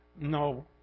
no